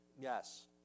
Yes